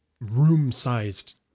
room-sized